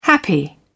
Happy